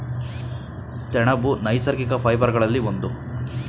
ಸೆಣಬು ನೈಸರ್ಗಿಕ ಫೈಬರ್ ಗಳಲ್ಲಿ ಒಂದು